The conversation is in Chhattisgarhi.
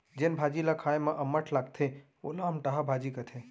जेन भाजी ल खाए म अम्मठ लागथे वोला अमटहा भाजी कथें